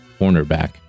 cornerback